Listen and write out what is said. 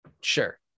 sure